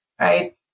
right